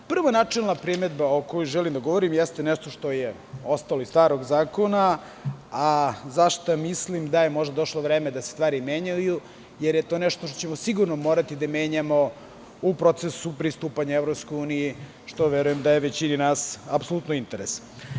Prva načelna primedba o kojoj želim da govorim jeste nešto što je ostalo iz starog zakona, a za šta mislim da je možda došlo vreme da se stvari menjaju, jer je to nešto što ćemo sigurno morati da menjamo u procesu pristupanja EU, što verujem da je većini nas apsolutno interes.